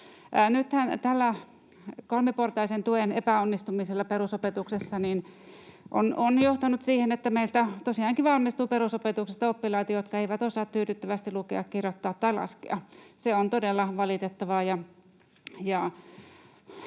Nythän tämä kolmiportaisen tuen epäonnistuminen perusopetuksessa on johtanut siihen, että meiltä tosiaankin valmistuu perusopetuksesta oppilaita, jotka eivät osaa tyydyttävästi lukea, kirjoittaa tai laskea. Se on todella valitettavaa,